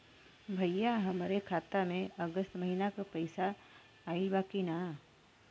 भईया हमरे खाता में अगस्त महीना क पैसा आईल बा की ना?